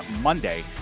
Monday